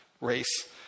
race